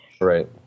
Right